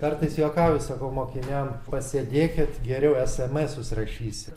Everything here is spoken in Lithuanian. kartais juokauju sakau mokiniams pasėdėkit geriau esamesus rašysit